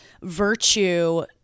virtue